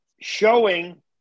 showing